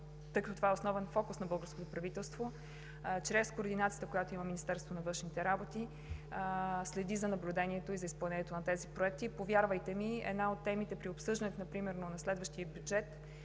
тъй като това е основен фокус на българското правителство, така че чрез координацията, която има, Министерството на външните работи следи за изпълнението и изпълнението на тези проекти. Повярвайте ми, една от темите при обсъждането, например на следващия бюджет,